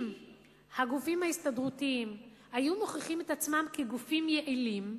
אם הגופים ההסתדרותיים היו מוכיחים את עצמם כגופים יעילים,